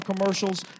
commercials